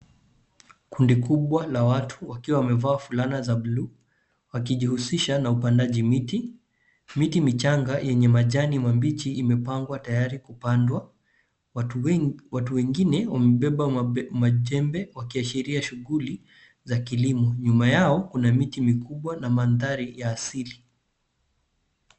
Kundi kubwa la watu wakiwa wamevaa fulana za buluu, wakijihusisha na upandaji miti. Miti michanga yenye majani mabichi imepangwa tayari kupandwa. Watu wengine wamebeba majembe wakiashiria shughuli za kilimo. Nyuma yao, kuna miti mikubwa na mandhari ya asili.